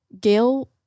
Gail